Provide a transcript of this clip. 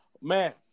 Man